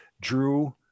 Drew